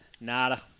Nada